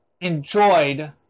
enjoyed